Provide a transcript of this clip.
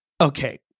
okay